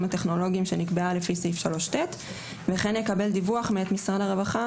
הטכנולוגיים שנקבעה לפי סעיף 3ט וכן יקבל דיווח מאת משרד הרווחה